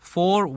four